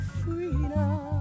freedom